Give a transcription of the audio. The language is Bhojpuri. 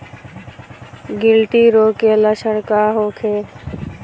गिल्टी रोग के लक्षण का होखे?